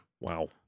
Wow